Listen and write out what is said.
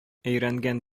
өйрәнгән